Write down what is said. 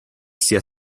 sia